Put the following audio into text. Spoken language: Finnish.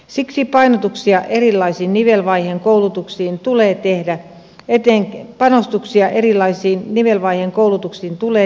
siksi panostuksia erilaisiin nivelvaiheen koulutuksiin tulee tehdä etenkin panostuksia erilaisiin nivelvaiheen koulutuksiin tulee